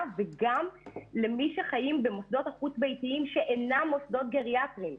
וגם למי שחיים במוסדות החוץ-ביתיים שאינם מוסדות גריאטריים.